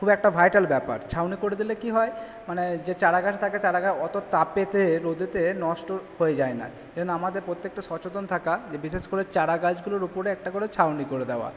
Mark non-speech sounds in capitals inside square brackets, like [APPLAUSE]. খুব একটা ভাইটাল ব্যাপার ছাউনি করে দিলে কী হয় মানে যে চারাগাছ থাকে চারাগাছ অত তাপেতে রোদেতে নষ্ট হয়ে যায় না [UNINTELLIGIBLE] আমাদের প্রত্যেক [UNINTELLIGIBLE] সচেতন থাকা যে বিশেষ করে চারা গাছগুলোর ওপরে একটা করে ছাউনি করে দেওয়া